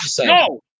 No